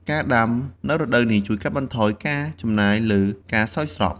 ការដាំនៅរដូវនេះជួយកាត់បន្ថយការចំណាយលើការស្រោចស្រព។